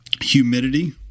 humidity